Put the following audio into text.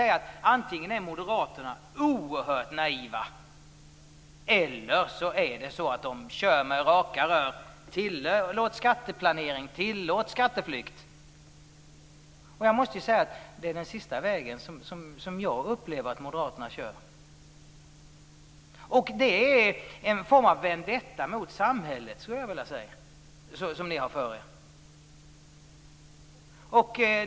Antingen är moderaterna oerhört naiva eller också kör de med raka rör: Tillåt skatteplanering och tillåt skatteflykt! Jag måste säga att jag upplever detta som att det är den senaste vägen som moderaterna följer. Detta är en form av vendetta mot samhället, som jag ser det.